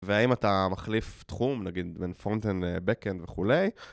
והאם אתה מחליף תחום, נגיד, בין פרונטאנד לבקאנד וכולי?